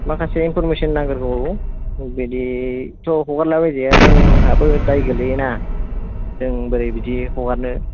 माखासे इनफरमेसन नांगोरबावगौ बिदिथ' हगारला बायजाया जोंहाबो दायगोलैयो ना जों बोरै बिदि हगारनो